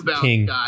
king